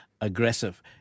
aggressive